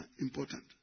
important